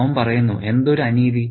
അവൻ പറയുന്നു എന്തൊരു അനീതി